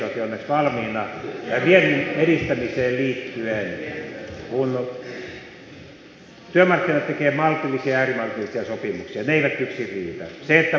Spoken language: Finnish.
kun työmarkkinat tekevät maltillisia edunvalvonnallisia sopimuksia ne eivät yksin riitä